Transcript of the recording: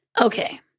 Okay